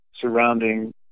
surrounding